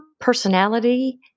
personality